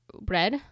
bread